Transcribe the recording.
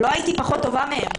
לא הייתי פחות טובה מהם,